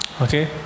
Okay